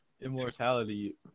immortality